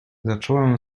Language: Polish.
zacząłem